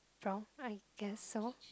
from I guess so